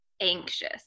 anxious